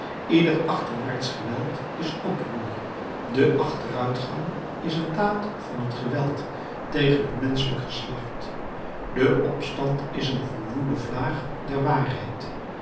ieder achterwaartsch geweld is oproer de achteruitgang is een daad van t geweld tegen het menschelijk geslacht de opstand is een verwoede vlaag der waarheid